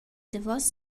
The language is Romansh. davos